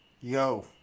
Yo